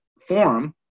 forum